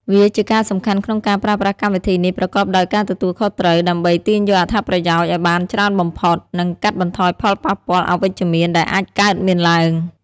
វាជាការសំខាន់ក្នុងការប្រើប្រាស់កម្មវិធីនេះប្រកបដោយការទទួលខុសត្រូវ ដើម្បីទាញយកអត្ថប្រយោជន៍ឱ្យបានច្រើនបំផុត និងកាត់បន្ថយផលប៉ះពាល់អវិជ្ជមានដែលអាចកើតមានឡើង។